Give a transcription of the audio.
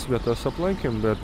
vietas aplankėm bet